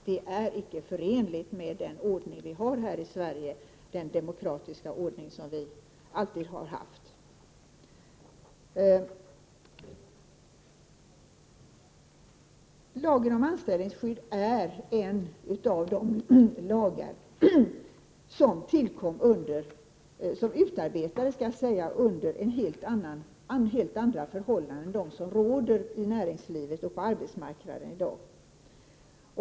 Det är icke förenligt med den demokratiska ordning vi har och alltid har haft i Sverige. Lagen om anställningsskydd är en av de lagar som utarbetats under helt andra förhållanden än dem som råder i näringslivet och på arbetsmarknaden i dag.